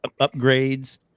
upgrades